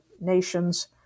nations